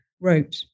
wrote